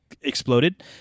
exploded